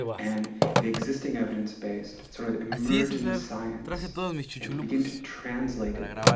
and the existing evidence-based sort of emerging science and to begin to translate it.